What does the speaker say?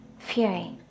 Fury